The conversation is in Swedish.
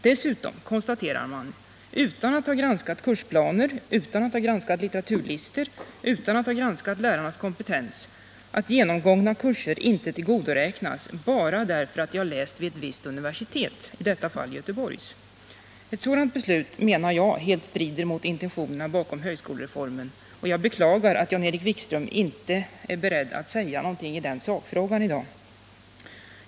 Dessutom konstaterar man, utan att ha granskat kursplaner, litteraturlistor, lärarnas kompetens m.m., att genomgångna kurser inte skall tillgodoräknas, bara därför att de har lästs vid ett visst universitet, i detta fall Göteborgs. Ett sådant beslut anser jag helt strida mot intentionerna bakom högskolereformen, och jag beklagar att Jan-Erik Wikström inte är beredd att säga någonting i den sakfrågan i dag.